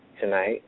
tonight